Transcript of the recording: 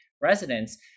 residents